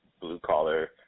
blue-collar